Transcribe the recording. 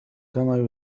كما